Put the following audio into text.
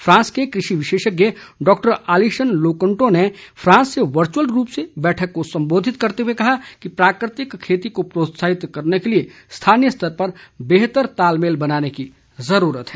France के कृषि विशेषज्ञ डॉक्टर आलिशन लोकोंटो ने फ्रांस से वर्चुअल रूप से बैठक को संबोधित करते हुए कहा कि प्राकृतिक खेती को प्रोत्साहित करने के लिए स्थानीय स्तर पर बेहतर तालमेल बनाने की जरूरत है